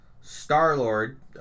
Star-Lord